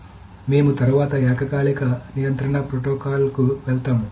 కాబట్టి మేము తరువాత ఏకకాలిక నియంత్రణ ప్రోటోకాల్లకు వెళ్తాము